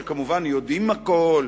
שכמובן יודעים הכול,